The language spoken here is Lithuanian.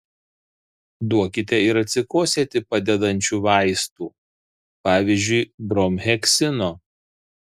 duokite ir atsikosėti padedančių vaistų pavyzdžiui bromheksino